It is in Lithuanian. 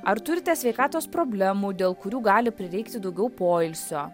ar turite sveikatos problemų dėl kurių gali prireikti daugiau poilsio